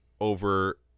over